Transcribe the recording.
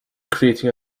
creating